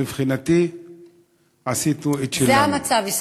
מבחינתי עשינו את שלנו.